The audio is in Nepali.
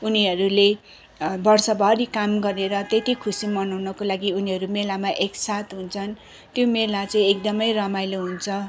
उनीहरूले वर्षभरि काम गरेर त्यति खुसी मनाउनु को लागि उनीहरू मेलामा एकसाथ हुन्छन् त्यो मेला चै एकदमै रमाइलो हुन्छ